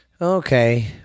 Okay